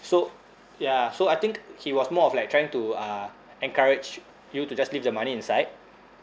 so ya so I think he was more of like trying to uh encourage you to just leave the money inside